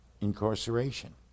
incarceration